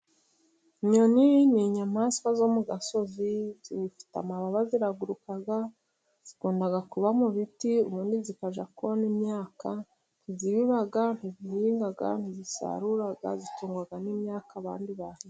Inyoni n inyamaswa zo mu gasozi zifite amababa ziraguruka zikunda kuba mu biti, ubundi zikajya kona imyaka, nti zibiba nti zihinga nti zisarura zitungwa n'imyaka abandi bahinze.